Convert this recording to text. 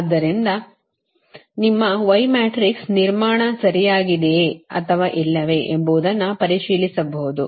ಆದ್ದರಿಂದ ನಿಮ್ಮ y matrix ನಿರ್ಮಾಣ ಸರಿಯಾಗಿದೆಯೇ ಅಥವಾ ಇಲ್ಲವೇ ಎಂಬುದನ್ನು ಪರಿಶೀಲಿಸಬಹುದು